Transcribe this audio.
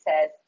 says